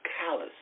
callous